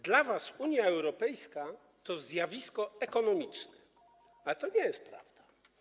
Dla was Unia Europejska to zjawisko ekonomiczne, a to nie jest prawda.